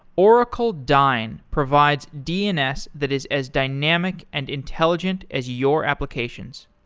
oracle dyn provides dns that is as dynamic and intelligent as your applications.